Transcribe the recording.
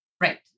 Right